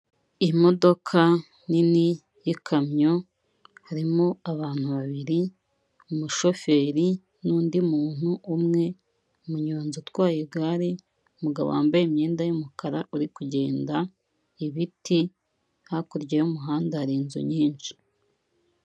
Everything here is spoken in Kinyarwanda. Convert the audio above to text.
Imodoka nini y'ikamyo, harimo abantu babiri, umushoferi n'undi muntu umwe, umunyonzi utwaye igare, umugabo wambaye imyenda y'umukara uri kugenda, ibiti, hakurya y'umuhanda hari inzu nyinshi.